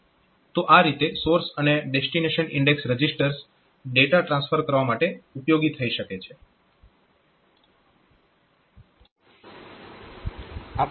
તો આ રીતે આ સોર્સ અને destination index registers data transfer કરવા માટે ઉપયોગી થઈ શકે છે